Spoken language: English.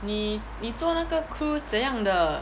你你做那个 cruise 怎样的